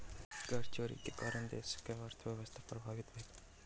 कर चोरी के कारणेँ देशक अर्थव्यवस्था प्रभावित भेल